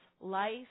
life